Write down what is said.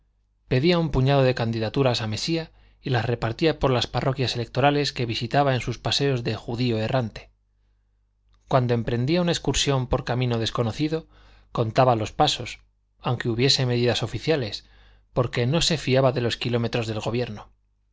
pedía un puñado de candidaturas a mesía y las repartía por las parroquias electorales que visitaba en sus paseos de judío errante cuando emprendía una excursión por camino desconocido contaba los pasos aunque hubiese medidas oficiales porque no se fiaba de los kilómetros del gobierno